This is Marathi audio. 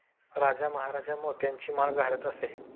राजा महाराजा मोत्यांची माळ घालत असे